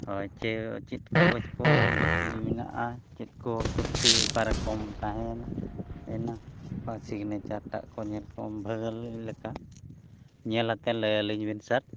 ᱦᱳᱭ ᱪᱮᱫ ᱠᱟᱜᱚᱡᱽ ᱠᱚ ᱵᱟᱹᱠᱤ ᱢᱮᱱᱟᱜᱼᱟ ᱪᱮᱫ ᱠᱚ ᱛᱨᱩᱴᱤ ᱚᱠᱟᱨᱮ ᱛᱟᱦᱮᱭᱮᱱᱟ ᱚᱠᱟ ᱥᱤᱜᱽᱱᱮᱪᱟᱨ ᱴᱟᱜ ᱠᱚ ᱧᱮᱞ ᱠᱚᱢ ᱵᱷᱟᱹᱞᱤ ᱞᱮᱠᱟ ᱧᱮᱞ ᱟᱛᱮᱫ ᱞᱟᱹᱭ ᱟᱹᱞᱤᱧ ᱵᱤᱱ ᱥᱟᱨ